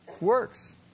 Works